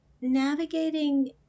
navigating